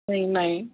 नहीं नहीं